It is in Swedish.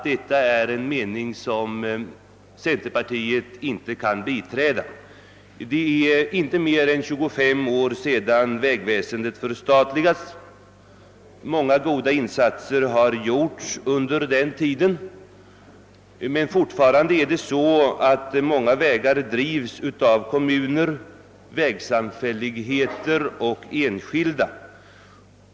Detta är en uppfattning som centerpartiet inte kan biträda. Det är inte mer än 25 år sedan vägväsendet förstatligades. Många goda insatser har gjorts under den tiden, men fortfarande drivs många vägar av kommuner, vägsamfälligheter och enskilda.